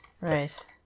Right